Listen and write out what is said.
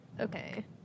Okay